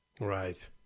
Right